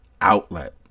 outlet